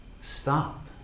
stop